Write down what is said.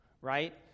right